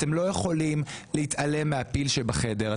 להתעלם מהפיל שבחדר.